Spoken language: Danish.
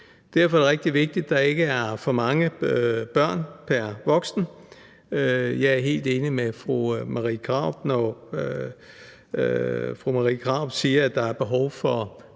Derfor er det rigtig vigtigt, at der ikke er for mange børn pr. voksen. Jeg er helt enig med fru Marie Krarup, når fru Marie Krarup siger, at der er behov for